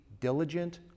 diligent